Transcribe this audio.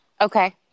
Okay